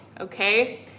okay